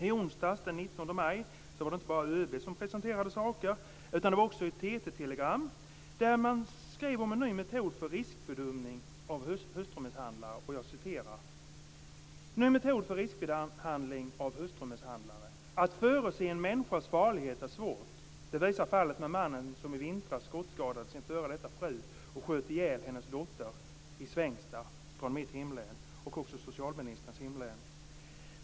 I onsdags, den 19 maj, var det inte bara ÖB som presenterade saker, utan det kom också ett TT-telegram där man skrev så här om en ny metod för riskbedömning av hustrumisshandlare: "Att förutse en människas farlighet är svårt. Det visar fallet med mannen som i vintras skottskadade sin före detta fru och sköt ihjäl hennes dotter i Svängsta." Det är mitt och även socialministerns hemlän.